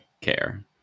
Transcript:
care